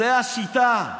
זו השיטה,